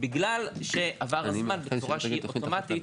בגלל שעבר הזמן בצורה שהיא אוטומטית,